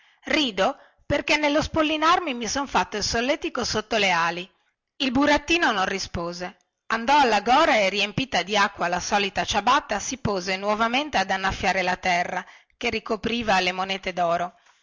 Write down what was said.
rido perché nello spollinarmi mi son fatto il solletico sotto le ali il burattino non rispose andò alla gora e riempita dacqua la solita ciabatta si pose nuovamente ad annaffiare la terra che ricuopriva le monete doro